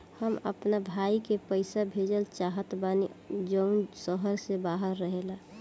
हम अपना भाई के पइसा भेजल चाहत बानी जउन शहर से बाहर रहेला